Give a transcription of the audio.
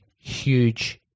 huge